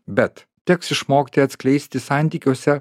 bet teks išmokti atskleisti santykiuose